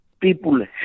people